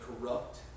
corrupt